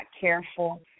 careful